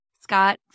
Scott